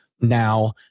Now